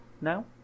now